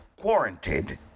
quarantined